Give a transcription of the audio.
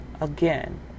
again